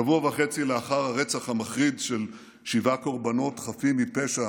שבוע וחצי לאחר הרצח המחריד של שבעה קורבנות חפים מפשע